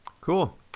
cool